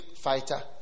fighter